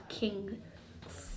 kings